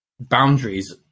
boundaries